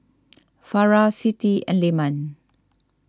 Farah Siti and Leman